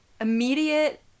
immediate